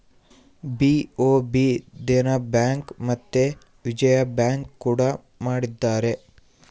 BOB Dena bank ಮತ್ತೆ Vijaya bank ಕೂಡಿ ಮಾಡಿದರೆ